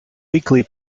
weekly